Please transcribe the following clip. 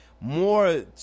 more